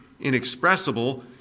inexpressible